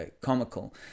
comical